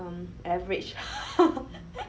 um average